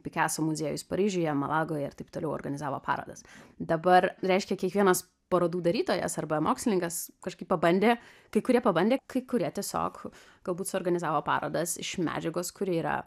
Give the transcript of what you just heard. pikaso muziejus paryžiuje malagoje ir taip toliau organizavo parodas dabar reiškia kiekvienas parodų darytojas arba mokslininkas kažkaip pabandė kai kurie pabandė kai kurie tiesiog galbūt suorganizavo parodas iš medžiagos kuri yra